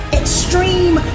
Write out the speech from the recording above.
extreme